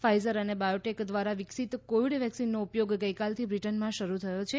Pfizer અને biotech દ્વારા વિકસિત કોવિડ વેક્સીનનો ઉપયોગ ગઇકાલથી બ્રિટનમાં શરૂ થયો છે